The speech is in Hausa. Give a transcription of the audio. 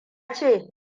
ce